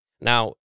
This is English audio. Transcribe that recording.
Now